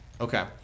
Okay